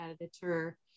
editor